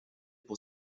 pour